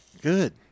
Good